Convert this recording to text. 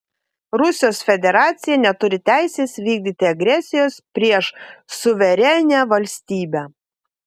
rusijos federacija neturi teisės vykdyti agresijos prieš suverenią valstybę